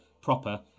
proper